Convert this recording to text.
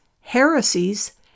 heresies